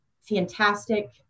fantastic